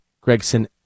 Gregson